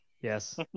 Yes